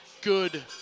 good